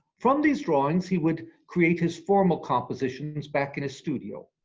from these drawings he would create his formal compositions back in his studio.